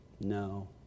No